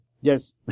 yes